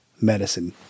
medicine